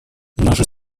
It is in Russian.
наши